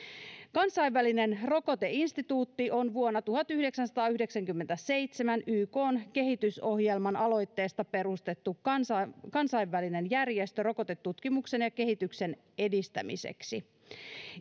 kansainvälinen rokoteinstituutti on vuonna tuhatyhdeksänsataayhdeksänkymmentäseitsemän ykn kehitysohjelman aloitteesta perustettu kansainvälinen kansainvälinen järjestö rokotetutkimuksen ja kehityksen edistämiseksi